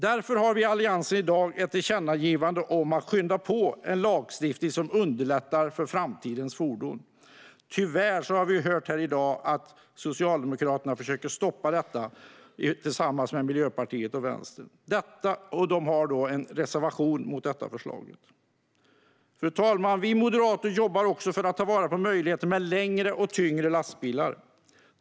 Därför har vi i Alliansen i dag ett tillkännagivande om att skynda på en lagstiftning som underlättar för framtidens fordon. Tyvärr har vi hört här i dag att Socialdemokraterna försöker stoppa detta tillsammans med Miljöpartiet och Vänstern. De har en reservation mot detta förslag. Fru talman! Vi moderater jobbar också för att ta vara på möjligheten med längre och tyngre lastbilar.